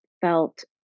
felt